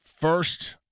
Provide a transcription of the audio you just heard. first